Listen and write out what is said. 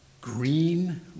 green